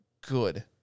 good